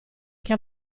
che